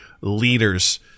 leaders